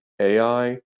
AI